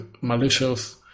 malicious